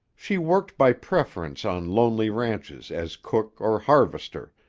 she worked by preference on lonely ranches as cook or harvester,